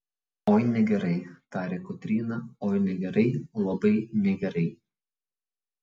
oi negerai tarė kotryna oi negerai labai negerai